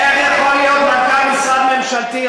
איך יכול שמנכ"ל משרד ממשלתי,